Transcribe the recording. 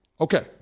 Okay